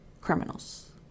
criminals